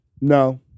No